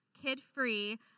kid-free